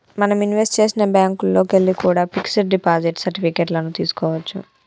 మనం ఇన్వెస్ట్ చేసిన బ్యేంకుల్లోకెల్లి కూడా పిక్స్ డిపాజిట్ సర్టిఫికెట్ లను తీస్కోవచ్చు